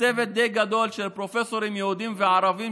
צוות די גדול של פרופסורים יהודים וערבים,